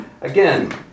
again